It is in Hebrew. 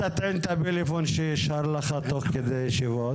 איך תטעין את הפלאפון ששר לך תוך כדי הישיבות?